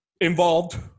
involved